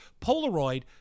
Polaroid